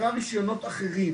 אלו נקראים רישיונות "אחרים".